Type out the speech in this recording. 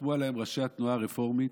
שחתמו עליה ראשי התנועה הרפורמית.